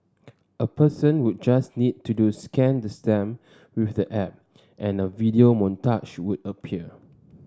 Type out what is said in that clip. a person would just need to do scan the stamp with the app and a video montage would appear